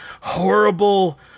horrible